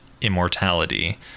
immortality